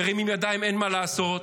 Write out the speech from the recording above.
מרימים ידיים, אין מה לעשות.